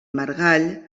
margall